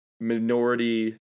minority